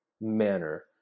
manner